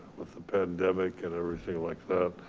with the pandemic and everything like that.